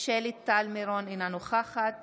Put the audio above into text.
שלי טל מירון, אינה נוכחת